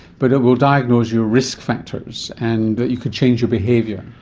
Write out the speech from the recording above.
but it will diagnose your risk factors and you could change your behaviour.